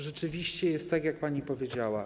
Rzeczywiście jest tak, jak pani powiedziała.